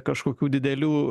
kažkokių didelių